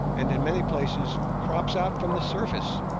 and in many places crops out from the surface